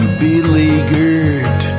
beleaguered